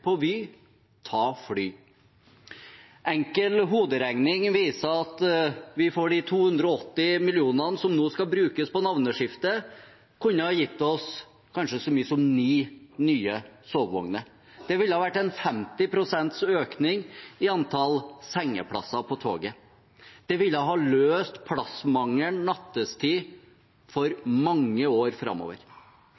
på Vy, men ta fly. Enkel hoderegning viser at de 280 millionene som nå skal brukes på navneskiftet, kunne gitt oss kanskje så mye som ni nye sovevogner. Det ville vært en 50 pst. økning i antall sengeplasser på toget. Det ville ha løst plassmangelen nattestid for